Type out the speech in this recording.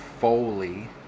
Foley